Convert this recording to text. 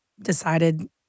decided